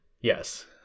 Yes